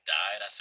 died